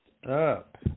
up